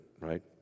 right